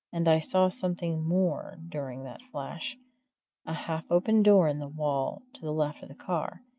and i saw something more during that flash a half-open door in the wall to the left of the car,